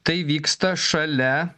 tai vyksta šalia